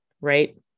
right